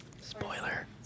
Spoiler